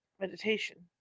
meditation